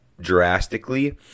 drastically